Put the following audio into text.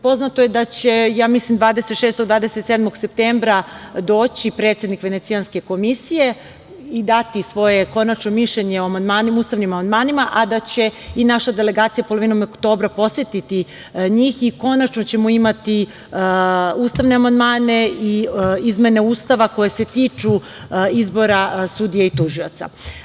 Poznato je da će, ja mislim, 26. ili 27. septembra doći predsednik Venecijanske komisije i dati svoje konačno mišljenje o ustavnim amandmanima, a da će i naša delegacija polovinom oktobra posetiti njih i konačno ćemo imati ustavne amandmane i izmene Ustava koje se tiču izbora sudija i tužioca.